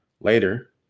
later